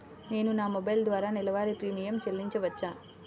నేను నా మొబైల్ ద్వారా నెలవారీ ప్రీమియం చెల్లించవచ్చా?